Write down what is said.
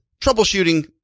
troubleshooting